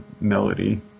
melody